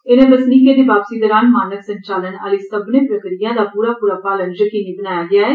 इनें बसनीकें दी वापसी दौरान मानक संचालन आहली सब्भर्ने प्रक्रियाएं दा पूरा पूरा पालन यकीनी बनाया गेआ ऐ